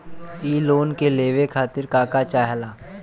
इ लोन के लेवे खातीर के का का चाहा ला?